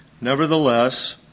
Nevertheless